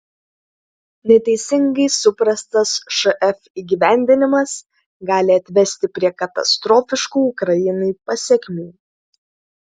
neteisingai suprastas šf įgyvendinimas gali atvesti prie katastrofiškų ukrainai pasekmių